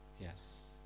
Yes